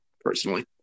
personally